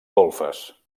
golfes